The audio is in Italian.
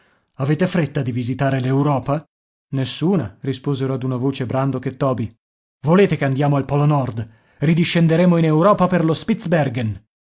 avete fretta di visitare l'europa nessuna risposero ad una voce brandok e toby volete che andiamo al polo nord ridiscenderemo in europa per lo